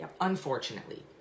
unfortunately